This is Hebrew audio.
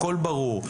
הכול ברור.